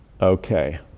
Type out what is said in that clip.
Okay